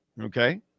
okay